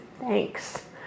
thanks